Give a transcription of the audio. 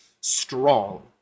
strong